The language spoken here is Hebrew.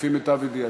לפי מיטב ידיעתי,